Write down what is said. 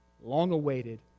long-awaited